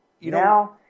Now